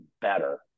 better